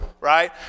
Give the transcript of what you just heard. right